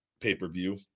pay-per-view